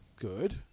Good